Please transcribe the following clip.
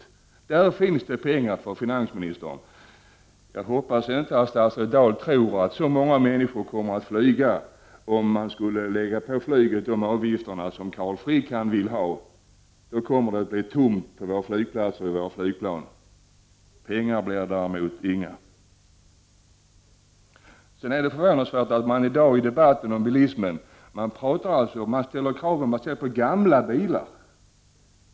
Där finns det pengar för finansministern. Jag hoppas inte att statsrådet Dahl tror att så många människor kommer att flyga om man skulle lägga på flyget de avgifter som Carl Frick vill ha. Då kommer det att bli tomt på våra flygplatser och i våra flygplan. Pengar blir det däremot inga. Det är förvånansvärt att man i dag i debatten om bilismen hela tiden talar om att ställa krav på gamla bilar.